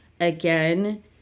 again